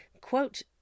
quote